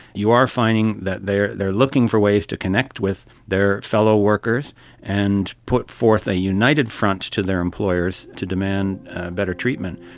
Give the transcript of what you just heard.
you are finding that they are looking looking for ways to connect with their fellow workers and put forth a united front to their employers to demand better treatment.